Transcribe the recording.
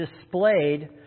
displayed